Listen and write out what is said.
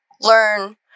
learn